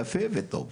יפה וטוב.